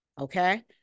okay